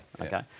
Okay